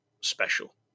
special